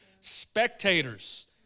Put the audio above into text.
Spectators